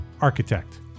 architect